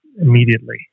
immediately